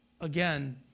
Again